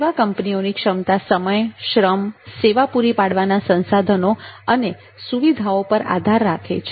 સેવા કંપનીઓની ક્ષમતા સમયશ્રમ સેવા પૂરી પાડવાના સંસાધનો અને સુવિધાઓ પર આધાર રાખે છે